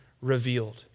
revealed